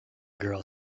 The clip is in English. girl